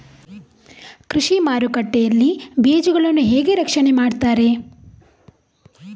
ಕೃಷಿ ಮಾರುಕಟ್ಟೆ ಯಲ್ಲಿ ಬೀಜಗಳನ್ನು ಹೇಗೆ ರಕ್ಷಣೆ ಮಾಡ್ತಾರೆ?